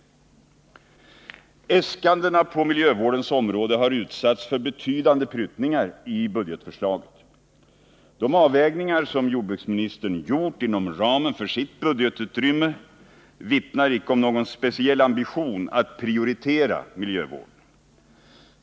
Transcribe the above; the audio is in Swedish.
Äskandena på miljövårdens område har utsatts för betydande prutningari Nr 109 budgetförslaget. De avvägningar som jordbruksministern gjort inom ramen för sitt budgetutrymme vittnar icke om någon speciell ambition att prioritera miljövården.